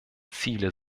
ziele